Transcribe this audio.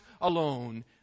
alone